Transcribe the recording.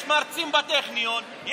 יש מרצים בטכניון,